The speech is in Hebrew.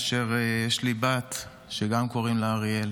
ויש לי בת שגם לה קוראים אריאל